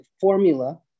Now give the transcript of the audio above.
formula